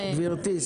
גברתי,